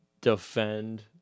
defend